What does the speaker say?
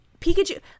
Pikachu